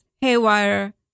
haywire